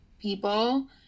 people